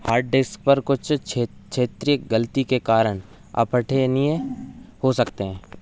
hard disk पर कुछ क्षे क्षेत्रीय गलती के कारण अपठनीय हो सकते हैं